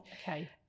okay